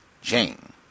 Jane